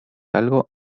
algo